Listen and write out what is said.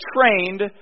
trained